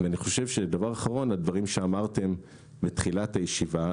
אני חושב שהדברים שאמרתם בתחילת הישיבה,